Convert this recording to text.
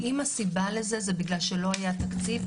האם הסיבה לזה זה בגלל שלא היה תקציב?